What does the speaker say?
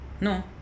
No